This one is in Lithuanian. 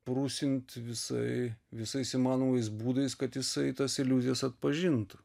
prusinti visai visais įmanomais būdais kad jisai tas iliuzijas atpažintų